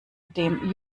dem